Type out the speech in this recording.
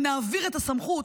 ונעביר את הסמכות